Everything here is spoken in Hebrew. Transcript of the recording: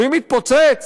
ואם יתפוצץ